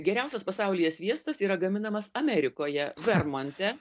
geriausias pasaulyje sviestas yra gaminamas amerikoje vermonte